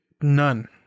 None